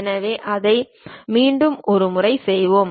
எனவே அதை மீண்டும் ஒரு முறை செய்வோம்